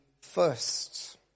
first